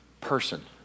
person